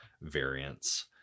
variants